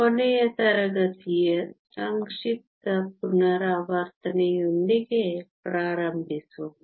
ಕೊನೆಯ ತರಗತಿಯ ಸಂಕ್ಷಿಪ್ತ ಪುನರಾವರ್ತನೆಯೊಂದಿಗೆ ಪ್ರಾರಂಭಿಸೋಣ